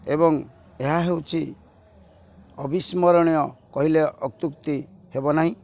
ଏବଂ ଏହା ହେଉଛି ଅବିସ୍ମରଣୀୟ କହିଲେ ଅତ୍ୟୁକ୍ତି ହେବ ନାହିଁ